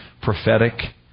Prophetic